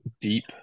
Deep